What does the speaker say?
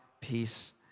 peace